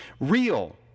Real